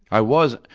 i was.